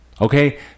Okay